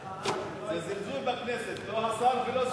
זה זלזול בכנסת, לא השר ולא סגנו.